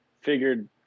figured